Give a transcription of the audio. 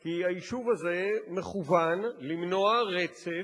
כי היישוב הזה מכוון למנוע רצף